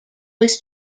was